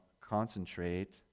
concentrate